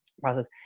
process